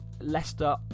Leicester